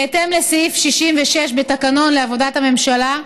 בהתאם לקבוע בסעיף 66(ה) בתקנון לעבודת הממשלה,